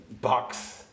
box